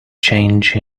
change